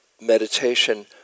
meditation